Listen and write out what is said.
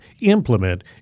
implement